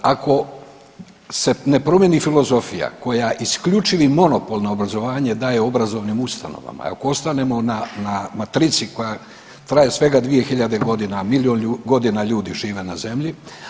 Ako se ne promijeni filozofija koja isključivi monopol na obrazovanje daje obrazovnim ustanovama i ako ostanemo na matrici koja traje svega 2000 godina, a milijun godina ljudi žive na zemlji.